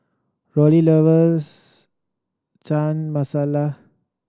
Roxie loves Chana Masala